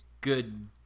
good